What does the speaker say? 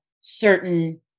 certain